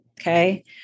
Okay